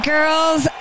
Girls